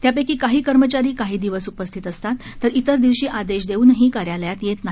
त्यापक्षी काही कर्मचारी काही दिवस उपस्थित असतात तर इतर दिवशी आदेश देऊनही कार्यालयात येत नाही